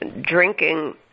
drinking